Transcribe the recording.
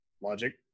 logic